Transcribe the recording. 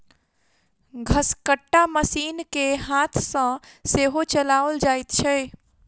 घसकट्टा मशीन के हाथ सॅ सेहो चलाओल जाइत छै